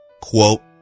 Quote